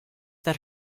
that